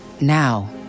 Now